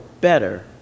better